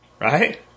Right